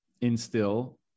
instill